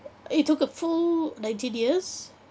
it took a full nineteen years